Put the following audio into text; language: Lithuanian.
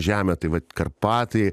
žemę tai vat karpatai